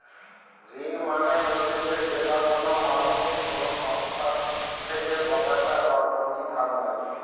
ঋণ মানে হতিছে যেটা কোনো মানুষ কোনো সংস্থার থেকে পতাকা বা পুঁজি ধার নেই